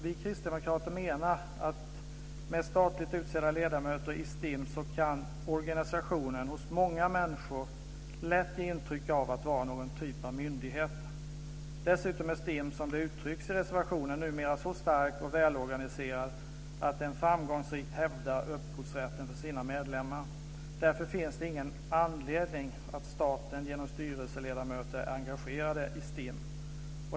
Vi kristdemokrater menar att STIM, med statligt utsedda ledamöter, hos många människor lätt kan ge intryck av att vara någon typ av myndighet. Dessutom är STIM, som det uttrycks i reservationen, numera en så stark och välorganiserad förening att den framgångsrikt hävdar upphovsrätten för sina medlemmar. Därför finns det ingen anledning för staten att genom styrelseledamöter vara engagerad i STIM.